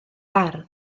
ardd